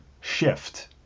shift